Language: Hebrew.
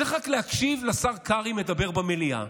צריך רק להקשיב לשר קרעי מדבר במליאה.